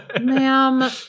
ma'am